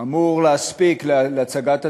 אמורים להספיק להצגת התקציב,